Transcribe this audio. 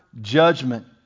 judgment